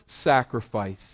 sacrifice